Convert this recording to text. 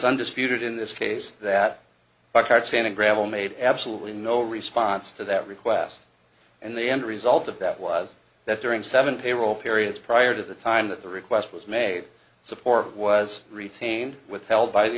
undisputed in this case that by cart sand and gravel made absolutely no response to that request and the end result of that was that during seven payroll periods prior to the time that the request was made support was retained withheld by the